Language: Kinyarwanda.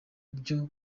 byo